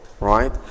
right